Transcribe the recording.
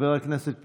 חבר הכנסת פינדרוס,